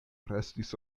restis